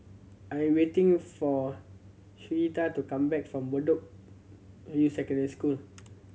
I am waiting for Sherita to come back from Bedok View Secondary School